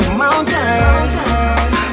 mountains